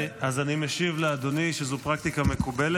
השאילתה לא הייתה לסגן שרת התחבורה,